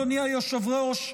אדוני היושב-ראש,